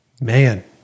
man